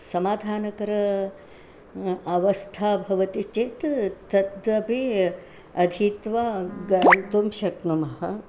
समाधानकारकावस्था भवति चेत् तद् अपि अधीत्वा गन्तुं शक्नुमः